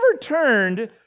turned